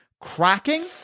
cracking